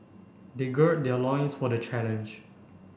they gird their loins for the challenge